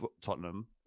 tottenham